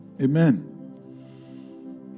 Amen